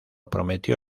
prometió